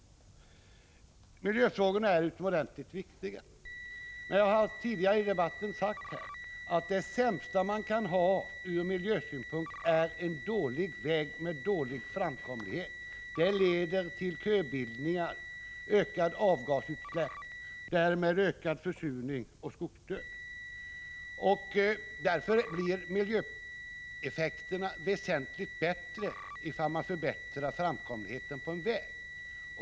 Miljöfrågorna är utomordentligt viktiga, men jag har tidigare i debatten sagt, att det sämsta man kan ha ur miljösynpunkt är en dålig väg med dålig framkomlighet. Det leder till köbildningar och ökade avgasutsläpp — och därmed ökad försurning och skogsdöd. Därför blir miljöeffekterna väsentligt bättre om man förbättrar framkomligheten på en väg.